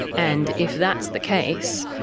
and if that's the case,